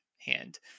hand